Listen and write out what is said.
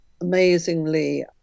amazingly